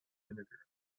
vinegar